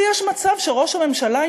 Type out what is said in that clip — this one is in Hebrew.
ויש מצב שראש הממשלה,